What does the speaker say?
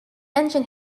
engine